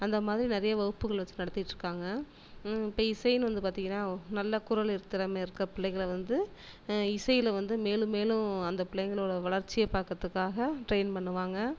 அந்த மாதிரி நிறையா வகுப்புகள் வச்சு நடத்திகிட்டு இருக்காங்க இப்போ இசைன்னு வந்து பார்த்தீங்கன்னா நல்ல குரல் திறமை இருக்க பிள்ளைகளை வந்து இசையில் வந்து மேலும் மேலும் அந்த பிள்ளைங்களோட வளர்ச்சியை பார்க்கறதுக்காக ட்ரெயின் பண்ணுவாங்க